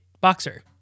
boxer